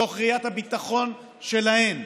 מתוך ראיית הביטחון שלהן.